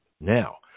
Now